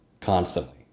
constantly